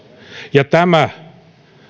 ja tämä